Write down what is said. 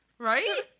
Right